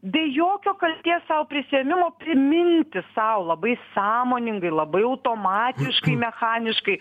be jokio kaltės prisiėmimo priminti sau labai sąmoningai labai automatiškai mechaniškai